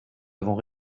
avons